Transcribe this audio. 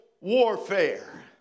warfare